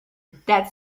that